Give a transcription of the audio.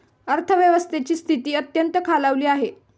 अर्थव्यवस्थेची स्थिती अत्यंत खालावली आहे